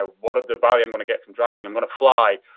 ah what are the value i'm gonna get from driving? i'm gonna fly.